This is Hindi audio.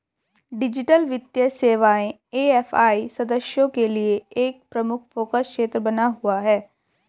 डिजिटल वित्तीय सेवाएं ए.एफ.आई सदस्यों के लिए एक प्रमुख फोकस क्षेत्र बना हुआ है